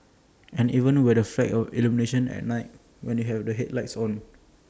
and even have the effect of illumination at night when you have your headlights on